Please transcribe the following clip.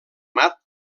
mat